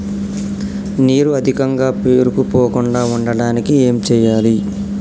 నీరు అధికంగా పేరుకుపోకుండా ఉండటానికి ఏం చేయాలి?